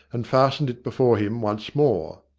and fastened it before him once more.